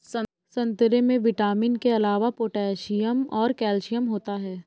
संतरे में विटामिन के अलावा पोटैशियम और कैल्शियम होता है